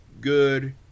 good